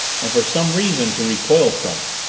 and for some reason to recoil from it.